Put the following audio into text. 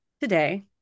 today